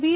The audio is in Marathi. व्ही